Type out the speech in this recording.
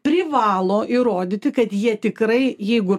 privalo įrodyti kad jie tikrai jeigu